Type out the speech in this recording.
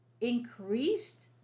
increased